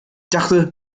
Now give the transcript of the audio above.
dachte